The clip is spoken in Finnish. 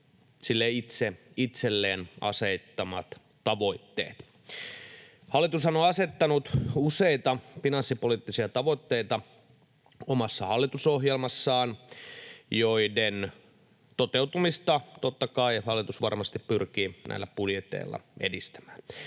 itse itselleen asettamansa tavoitteet. Hallitushan on asettanut omassa hallitusohjelmassaan useita finanssipoliittisia tavoitteita, joiden toteutumista totta kai hallitus varmasti pyrkii näillä budjeteilla edistämään.